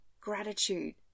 gratitude